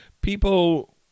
people